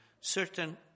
certain